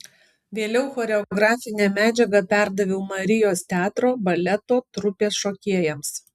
vėliau choreografinę medžiagą perdaviau marijos teatro baleto trupės šokėjams